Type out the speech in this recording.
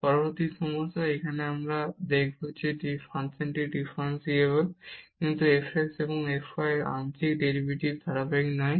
পরবর্তী সমস্যা এখানে আমরা দেখাব যে ফাংশনটি ডিফারেনসিবল কিন্তু f x এবং f y আংশিক ডেরিভেটিভস ধারাবাহিক নয়